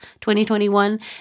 2021